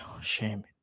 shame